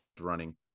running